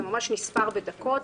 זה ממש נספר בדקות,